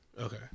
Okay